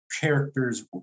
characters